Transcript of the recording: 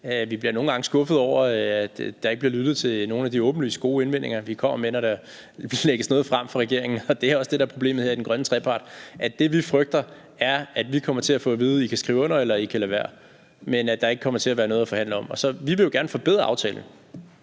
at der ikke bliver lyttet til nogle af de åbenlyst gode indvendinger, vi kommer med, når der lægges noget frem fra regeringen. Det er også det, der er problemet her i den grønne trepart. Det, vi frygter, er, at vi kommer til at få at vide, at vi kan skrive under, eller vi kan lade være, men at der ikke kommer til at være noget at forhandle om. Vi vil jo gerne forbedre aftalen.